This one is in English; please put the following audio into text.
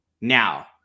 Now